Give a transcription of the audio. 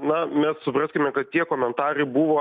na mes supraskime kad tie komentarai buvo